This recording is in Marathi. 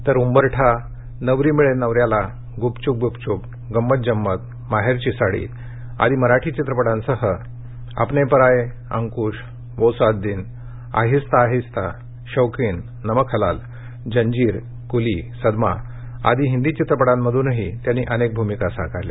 तर उंबरठा नवरी मिळे नवऱ्याला गुपचुप गुपचुप गंमत जंमत माहेरची साडी आदी मराठी चित्रपटांसह अपने पराये अंकुश वो सात दिन आहिस्ता आहिस्ता शौकीन नमक हलाल जंजीर कुली सदमा आदी हिंदी चित्रपटांमधूनही त्यांनी अनेक भूमिका साकारल्या